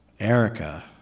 Erica